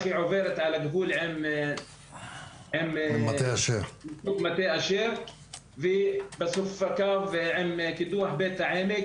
היא עוברת על הגבול עם מטה אשר ובסוף הקו עם קידוח בית העמק.